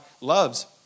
loves